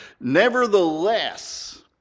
Nevertheless